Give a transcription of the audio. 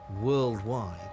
worldwide